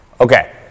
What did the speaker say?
Okay